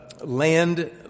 land